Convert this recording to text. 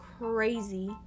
crazy